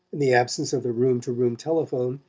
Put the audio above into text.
in the absence of the room-to-room telephone,